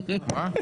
מי